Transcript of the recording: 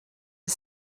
are